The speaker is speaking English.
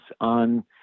on